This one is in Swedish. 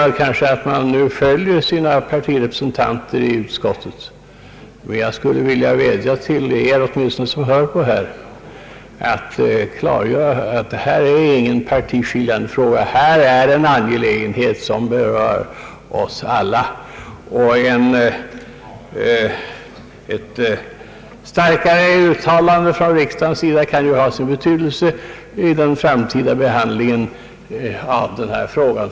De flesta kommer nog att följa sina partikamrater i utskottet, men jag vill klargöra åtminstone för dem som nu lyssnar att detta inte är någon partiskiljande fråga utan en angelägenhet som berör oss alla på precis samma sätt. Ett starkare uttalande från riksdagens sida kan ha sin betydelse vid den framtida behandlingen av frågan.